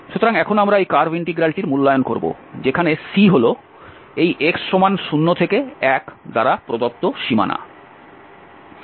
সুতরাং এখন আমরা এই কার্ভ ইন্টিগ্রালটির মূল্যায়ন করব যেখানে C হল এই x 0 থেকে 1 দ্বারা প্রদত্ত সীমানা